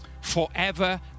forever